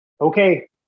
Okay